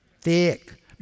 thick